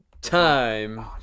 time